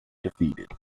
defeated